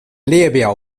列表